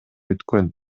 өткөн